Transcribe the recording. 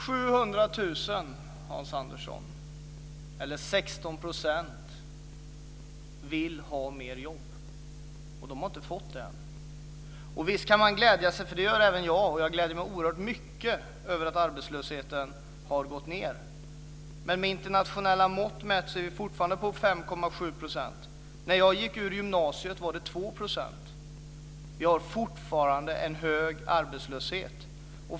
Fru talman! 700 000, eller 16 %, vill ha mer jobb, Hans Andersson. De har inte fått det än. Jag gläder mig oerhört mycket över att arbetslösheten har gått ned. Men med internationella mått mätt är vi fortfarande på 5,7 %. När jag gick ur gymnasiet var det 2 %. Vi har fortfarande en hög arbetslöshet.